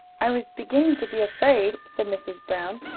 i was beginning to be afraid, said mrs. brown,